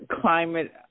climate